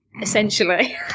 essentially